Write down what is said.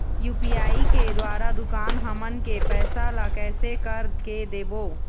UPI के द्वारा दुकान हमन के पैसा ला कैसे कर के देबो?